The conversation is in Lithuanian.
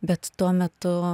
bet tuo metu